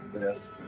yes